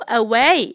away